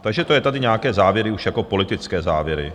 Takže to je tady, nějaké závěry, už jako politické závěry.